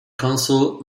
consul